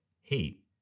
heat